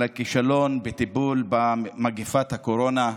על הכישלון בטיפול במגפת הקורונה,